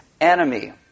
enemy